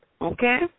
okay